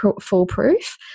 foolproof